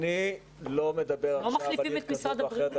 אני לא מדבר עכשיו על עיר כזו או אחרת,